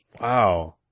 Wow